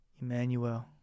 Emmanuel